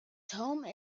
home